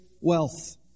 wealth